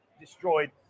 destroyed